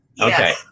okay